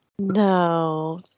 No